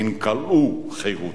כלאו חירות.